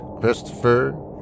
Christopher